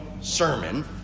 sermon